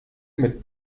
mit